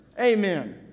Amen